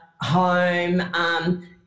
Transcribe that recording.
home